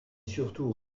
surtout